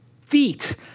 feet